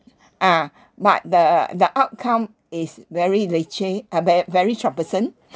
uh but the the outcome is very leceh uh ve~ very troublesome